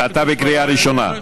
אורן, אתה בקריאה ראשונה.